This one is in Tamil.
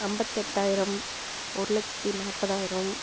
ஐம்பத்தெட்டாயிரம் ஒரு லட்சத்தி நாற்பதாயிரம்